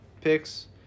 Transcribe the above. picks